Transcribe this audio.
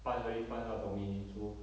pass very fast lah for me so